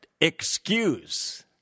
excuse